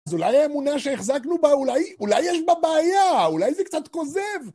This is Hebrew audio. זו אולי האמונה שהחזקנו בה, אולי, אולי יש בה בעיה, אולי זה קצת כוזב.